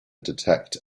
detect